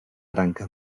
branca